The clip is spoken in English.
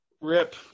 rip